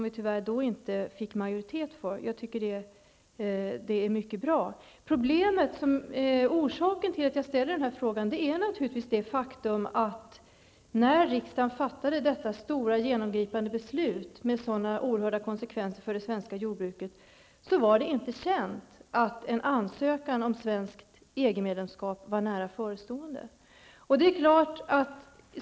Vi fick då inte majoritet för vårt förslag. Därför är det mycket bra att man avser att tillsätta denna kommission. Orsaken till att jag ställer min fråga är att det, när riksdagen fattade detta stora genomgripande beslut med så oerhörda konsekvenser för det svenska jordbruket, inte var känt att en ansökan om svenskt EG-medlemskap var nära förestående.